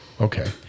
Okay